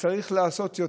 וצריך לעשות יותר.